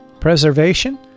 preservation